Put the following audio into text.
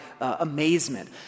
amazement